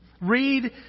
Read